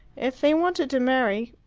if they wanted to marry,